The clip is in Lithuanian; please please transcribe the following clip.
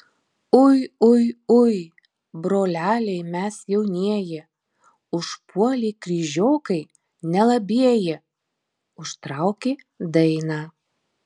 ui ui ui broleliai mes jaunieji užpuolė kryžiokai nelabieji užtraukė dainą